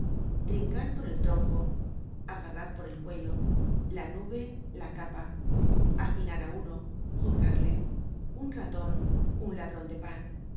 trincar por el tronco agarrar por el cuello la nube la capa hacinar á uno juzgarle un raton un ladron de pan